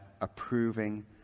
approving